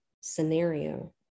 scenario